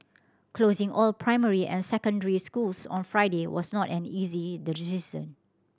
closing all primary and secondary schools on Friday was not an easy decision